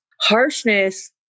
harshness